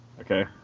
Okay